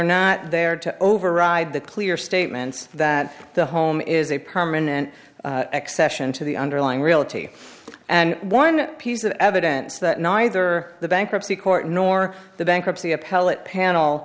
not there to override the clear statements that the home is a permanent accession to the underlying reality and one piece of evidence that neither the bankruptcy court nor the bankruptcy appellate panel